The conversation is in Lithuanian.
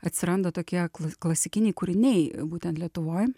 atsiranda tokie klasikiniai kūriniai būtent lietuvoj